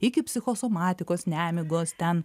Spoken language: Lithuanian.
iki psichosomatikos nemigos ten